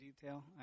detail